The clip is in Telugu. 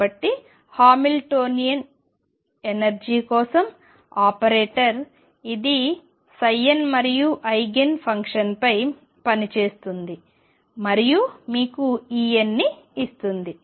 కాబట్టి హామిల్టోనియన్ ఎనర్జీ కోసం ఆపరేటర్ ఇది n మరియు ఐగెన్ ఫంక్షన్పై పనిచేస్తుంది మరియు మీకు En ని ఇస్తుంది